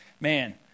man